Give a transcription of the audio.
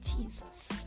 Jesus